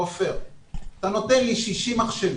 עופר, אתה נותן לי 60 מחשבים,